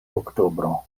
oktobro